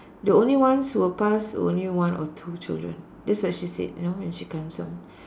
the only one's who will pass were only one or two children that's what she said you know when she comes home